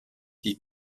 die